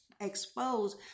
exposed